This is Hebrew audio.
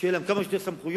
שיהיו להם כמה שיותר סמכויות,